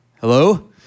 Hello